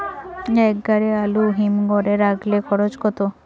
এক গাড়ি আলু হিমঘরে রাখতে খরচ কত?